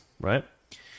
right